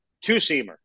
two-seamer